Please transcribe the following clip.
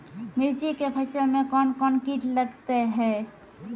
मिर्ची के फसल मे कौन कौन कीट लगते हैं?